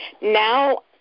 now